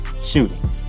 Shooting